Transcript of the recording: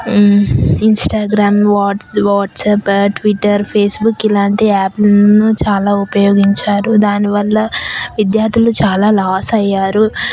Instagram WhatsApp ఆ Twitter Facebook ఇలాంటి యాప్స్ను చాలా ఉపయోగించారు దాని వల్ల విద్యార్థులు చాలా లాస్ అయ్యారు